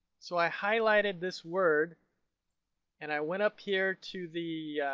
so i highlighted this word and i went up here to the